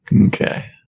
Okay